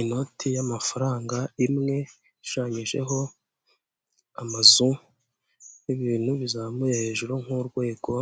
Inoti y'amafaranga imwe ishushanyijeho amazu y'ibintu bizamuye hejuru nk'urwego,